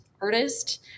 artist